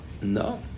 no